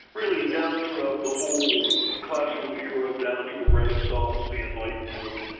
really down throughout the whole classical era down to the renaissance, the enlightenment,